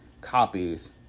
copies